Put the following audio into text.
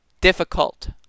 difficult